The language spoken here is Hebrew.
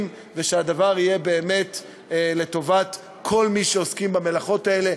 והדבר יהיה באמת לטובת כל מי שעוסק במלאכות האלה.